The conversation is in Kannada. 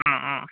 ಹಾಂ ಹಾಂ